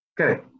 Okay